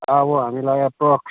अब हामीलाई एप्रोक्स